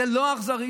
זו לא אכזריות?